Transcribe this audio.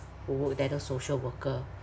who work there those social worker